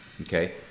Okay